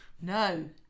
No